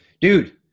dude